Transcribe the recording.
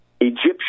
Egyptian